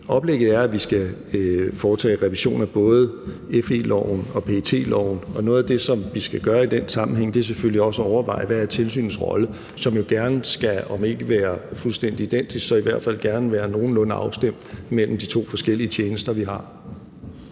oplægget er, at vi skal foretage revision af både FE- loven og PET-loven, og noget af det, som vi skal gøre i den sammenhæng, er selvfølgelig også at overveje, hvad tilsynets rolle er, og den skal jo gerne være om ikke fuldstændig identisk, men så i hvert fald gerne nogenlunde afstemt mellem de to forskellige tjenester, vi har.